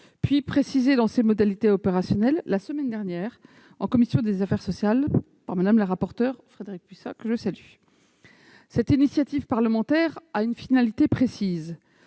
puis précisée dans ses modalités opérationnelles la semaine dernière, en commission des affaires sociales du Sénat, par Mme la rapporteure Frédérique Puissat, que je salue. Cette initiative parlementaire a une finalité précise